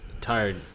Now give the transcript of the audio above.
tired